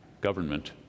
government